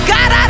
God